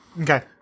Okay